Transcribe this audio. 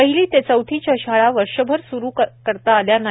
पहिली ते चौथीच्या शाळा वर्षभर सुरु करू शकलो नाही